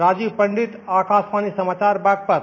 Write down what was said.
राजीव पंडित आकाशवाणी समाचार बागपत